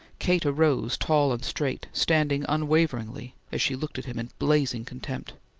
kate arose tall and straight, standing unwaveringly as she looked at him in blazing contempt.